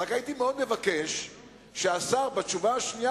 רק הייתי מאוד מבקש שהשר בתשובה השנייה